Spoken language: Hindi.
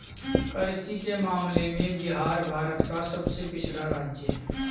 कृषि के मामले में बिहार भारत का सबसे पिछड़ा राज्य है